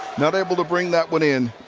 not able to bring that one in.